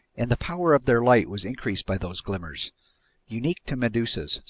and the power of their light was increased by those glimmers unique to medusas,